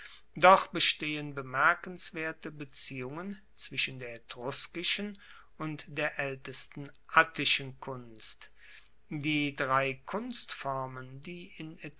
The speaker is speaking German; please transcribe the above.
doch bestehen bemerkenswerte beziehungen zwischen der etruskischen und der aeltesten attischen kunst die drei kunstformen die in